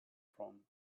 from